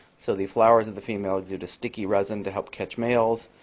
so the flowers of the females exude a sticky resin to help catch males.